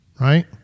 right